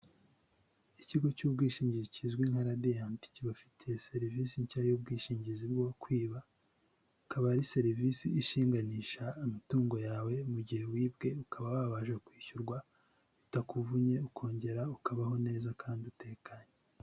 Ikigo cy'ubwishingizi kizwi nka Radiant kibafitiye serivisi nshya y'ubwishingizi bwo kwiba, akaba ari serivisi ishinganisha amatungo yawe, mu gihe wibwe ukaba wabasha kwishyurwa bitakuvunye, ukongera ukabaho neza kandi utekanye.